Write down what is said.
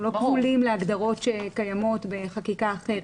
אנחנו לא כבולים להגדרות שקיימות בחקיקה אחרת.